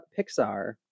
Pixar